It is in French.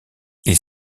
ils